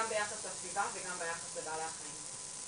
גם ביחס לסביבה, וגם ביחס לבעלי החיים.